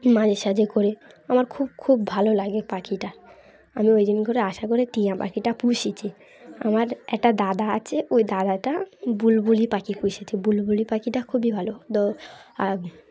মাঝে সাঝে করে আমার খুব খুব ভালো লাগে পাখিটা আমি ওই জন করে আশা করে টিয়া পাখিটা পুষেছি আমার একটা দাদা আছে ওই দাদাটা বুলবুলি পাখি পুষেছে বুলবুলি পাখিটা খুবই ভালো দো